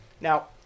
Now